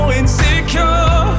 insecure